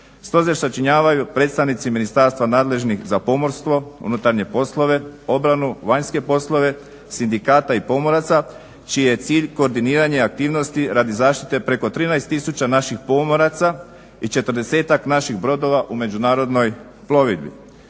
Stožer sačinjavaju predstavnici ministarstva nadležnih za pomorstvo, unutarnje poslove, obranu, vanjske poslove sindikata i pomoraca čiji je cilj koordiniranje aktivnosti radi zaštite preko 13 tisuća naših pomoraca i 40-ak naših brodova u međunarodnoj plovidbi.